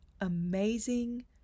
amazing